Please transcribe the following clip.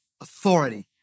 authority